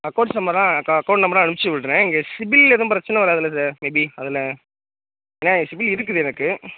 accounts நம்பருலாம் account நம்பருலாம் அனுப்ச்சுவிடுறேன் இங்கே சிபிலில் எதுவும் பிரச்சனை வராதில்ல சார் மேபி அதில் ஏன்னா சிபில் இருக்குது எனக்கு